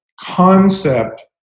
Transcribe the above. concept